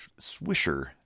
Swisher